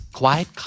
quiet